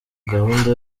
gahunda